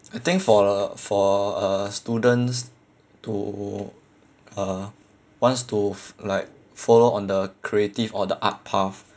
I think for uh for uh students to uh wants to f~ like follow on the creative or the art path